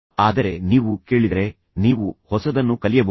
ಆದರೆ ನೀವು ಕೇಳಿದರೆ ನೀವು ಹೊಸದನ್ನು ಕಲಿಯಬಹುದು